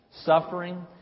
Suffering